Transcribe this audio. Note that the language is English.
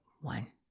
one